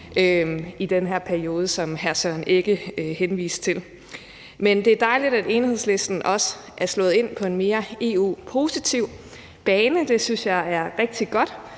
i hvert fald, at Danmark helt skal ud af EU. Men det er dejligt, at Enhedslisten også er slået ind på en mere EU-positiv bane, det synes jeg er rigtig godt,